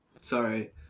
Sorry